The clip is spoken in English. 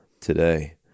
today